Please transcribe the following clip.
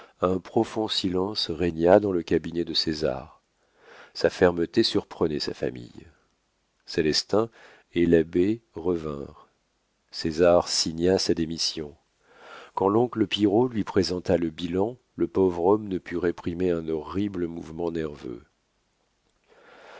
un profond silence régna dans le cabinet de césar sa fermeté surprenait sa famille célestin et l'abbé revinrent césar signa sa démission quand l'oncle pillerault lui présenta le bilan le pauvre homme ne put réprimer un horrible mouvement nerveux